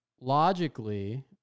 logically